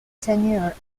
tenure